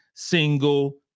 single